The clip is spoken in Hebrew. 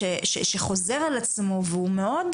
שחוזר על עצמו והוא מאוד,